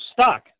stock